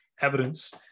evidence